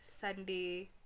Sunday